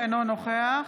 אינו נוכח